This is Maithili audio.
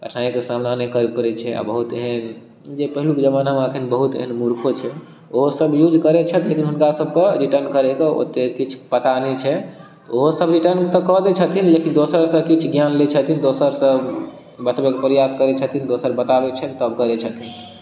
कठिनाइके सामना नहि कोइ करै छै या बहुत ही जे पहिलुक जमानामे एखन बहुत एहन मूर्खो छै ओहोसब यूज करै छथिन हुनकासबके रिटर्न करैके ओतेक किछु पता नहि छनि ओहो सब रिटर्न तऽ कऽ दै छथिन लेकिन दोसरसँ किछु ज्ञान लै छथिन दोसरसँ बतबैके प्रयास करै छथिन दोसर बताबै छनि तब करै छथिन